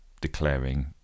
declaring